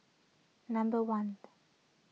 number one